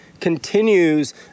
continues